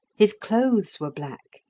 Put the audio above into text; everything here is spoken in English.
his clothes were black,